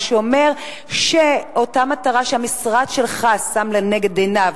מה שאומר שאותה מטרה שהמשרד שלך שם לנגד עיניו,